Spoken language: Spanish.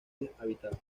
deshabitada